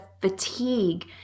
fatigue